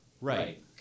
Right